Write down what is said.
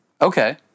Okay